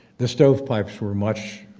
the stove pipes were much,